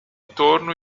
torno